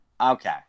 okay